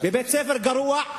בבית-ספר גרוע,